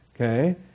okay